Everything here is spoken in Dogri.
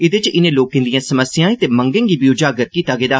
ऐदे च इनें लोकें दिए समस्यां ते मंगें गी बी उजागर कीता गेआ